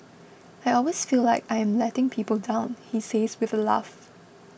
I always feel like I am letting people down he says with a laugh